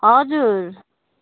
हजुर